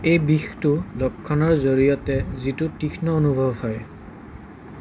এই বিষটো লক্ষণৰ জৰিয়তে যিটো তীক্ষ্ন অনুভৱ হয়